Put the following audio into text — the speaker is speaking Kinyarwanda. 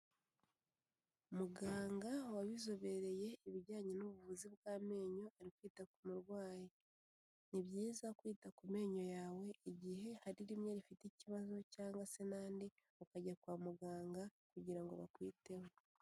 Muganga wabizobereye ibijyanye n'ubuvuzi bw'amenyo ari kwita ku murwayi, ni byiza kwita ku menyo yawe igihe hari rimwe rifite ikibazo cyangwa se n'andi, ukajya kwa muganga kugira ngo bakwiteho.